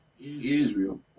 Israel